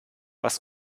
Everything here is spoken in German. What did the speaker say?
was